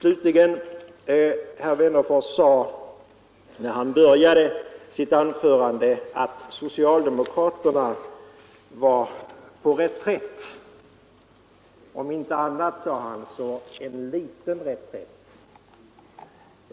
Herr Wennerfors sade i början av sitt anförande att socialdemokraterna var på reträtt; om inte annat, sade han, var det en liten reträtt.